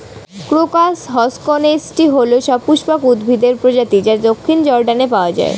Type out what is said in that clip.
crocus হসকনেইচটি হল সপুষ্পক উদ্ভিদের প্রজাতি যা দক্ষিণ জর্ডানে পাওয়া য়ায়